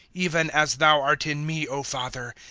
even as thou art in me, o father,